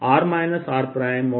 3dV